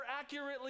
accurately